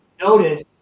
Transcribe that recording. notice